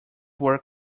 were